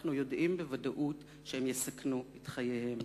ואנחנו יודעים בוודאות שהם יסכנו את חייהם,